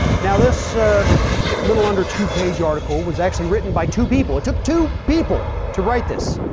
now this a little under two page article was actually written by two people. it took two people to write this,